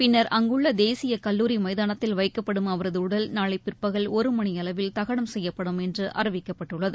பின்னா் அங்குள்ளதேசியகல்லூரிமைதானத்தில் வைக்கப்படும் அவரதஉடல் நாளைபிற்பகல் ஒருமணிஅளவில் தகனம் செய்யப்படும் என்றுஅறிவிக்கப்பட்டுள்ளது